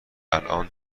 الان